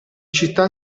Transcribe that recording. città